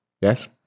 Yes